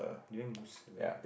durian mousse at where